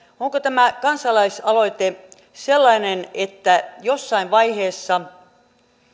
onko tämä kansalaisaloite sellainen että jossain vaiheessa